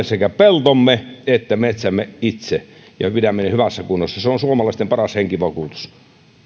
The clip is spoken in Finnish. sekä peltomme että metsämme itse ja pidämme ne hyvässä kunnossa se on suomalaisten paras henkivakuutus